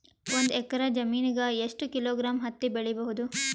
ಒಂದ್ ಎಕ್ಕರ ಜಮೀನಗ ಎಷ್ಟು ಕಿಲೋಗ್ರಾಂ ಹತ್ತಿ ಬೆಳಿ ಬಹುದು?